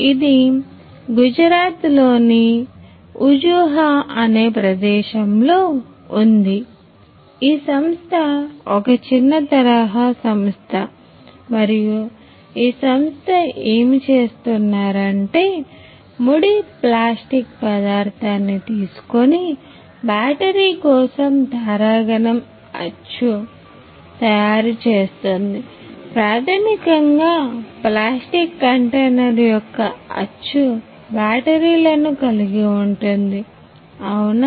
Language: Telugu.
ఇది ఇది గుజరాత్ లోని ఊంఝ తయారుచేస్తుంది ప్రాథమికంగా ప్లాస్టిక్ కంటైనర్ యొక్క అచ్చు బ్యాటరీలను కలిగి ఉంటుంది అవునా